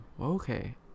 okay